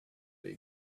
they